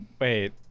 Wait